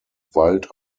wald